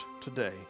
today